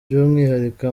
by’umwihariko